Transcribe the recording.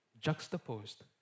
juxtaposed